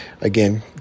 again